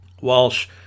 Walsh